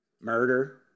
Murder